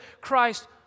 Christ